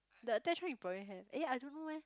the attached me you probably have eh I don't know meh